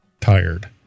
tired